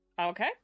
Okay